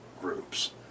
groups